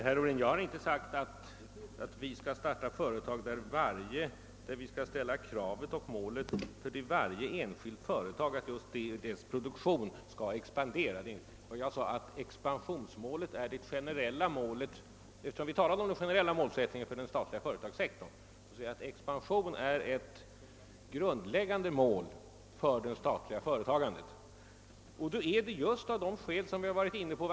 Herr talman! Jag har inte, herr Ohlin, sagt att vi skall starta företag med den målsättningen och det kravet att produktionen i varje sådant företag skall expandera. Vi talade om det generella målet för den statliga företagssektorn och att detta mål är expansion. Det var detta jag framhöll, alltså att expansion är ett grundläggande mål för det statliga förtagandet, och detta just av det skäl vi redan varit inne på.